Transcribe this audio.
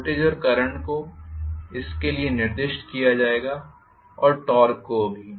voltage और current को उसके लिए निर्दिष्ट किया जाएगा और टॉर्क को भी